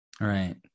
Right